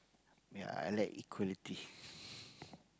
ya I like equality